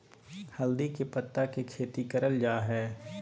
हल्दी के पत्ता के खेती करल जा हई